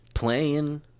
Playing